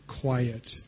quiet